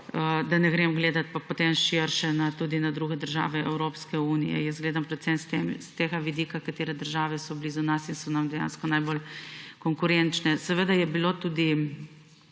da ne grem gledat potem širše tudi na druge države Evropske unije. Jaz gledam predvsem s tega vidika, katere države so blizu nas in so nam dejansko najbolj konkurenčne. Seveda je bilo v